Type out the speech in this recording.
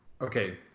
okay